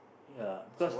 ya cause